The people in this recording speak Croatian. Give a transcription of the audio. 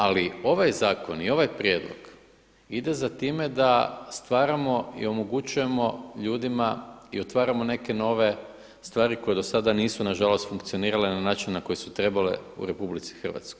Ali ovaj zakon i ovaj prijedlog ide za time da stvaramo i omogućujemo ljudima i otvaramo neke nove stvari koje do sada nisu na žalost funkcionirale na način na koji su trebale u RH.